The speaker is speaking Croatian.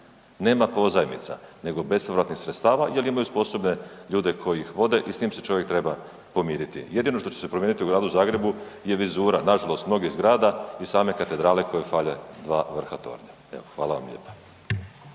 nema pozajmica, nego bespovratnih sredstava jel imaju sposobne ljude koji ih vode i s tim se čovjek treba pomiriti. Jedino što će se promijeniti u Gradu Zagrebu je vizura, nažalost mnogih zgrada i same katedrale kojoj fale dva vrha tornja. Evo, hvala vam lijepa.